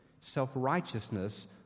self-righteousness